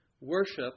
worship